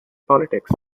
politics